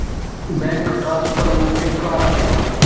Bank transfer म्हणजे काय?